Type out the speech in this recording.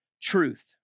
truth